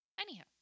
Anyhow